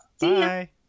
Bye